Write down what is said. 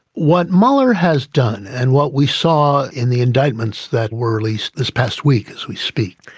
what mueller has done and what we saw in the indictments that were released this past week as we speak,